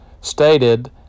stated